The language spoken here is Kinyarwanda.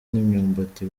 n’imyumbati